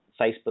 Facebook